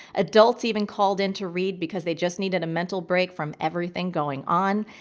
adults even called into read because they just needed a mental break from everything going on.